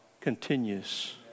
continues